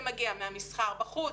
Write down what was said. זה מגיע מהמסחר בחוץ,